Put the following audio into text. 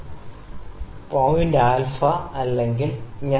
ഈ നീളം l 12 ഇഞ്ചിന് തുല്യമാണ് ഇത് 300 മില്ലിമീറ്ററിന് തുല്യമാണ് ശരി